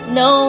no